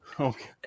Okay